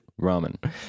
ramen